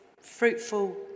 fruitful